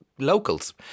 Locals